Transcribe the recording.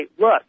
look